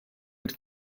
mit